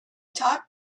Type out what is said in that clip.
talk